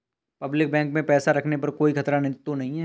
Public bank में पैसा रखने पर कोई खतरा तो नहीं है?